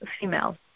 female